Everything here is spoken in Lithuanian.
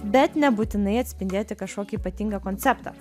bet nebūtinai atspindėti kažkokį ypatingą konceptą